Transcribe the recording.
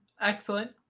Excellent